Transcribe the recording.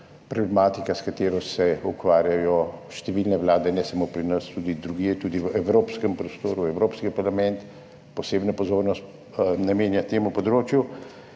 problematika, s katero se ukvarjajo številne vlade, ne samo pri nas, tudi drugje, tudi v evropskem prostoru, Evropski parlament posebno pozornost namenja temu področju.